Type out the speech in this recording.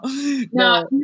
No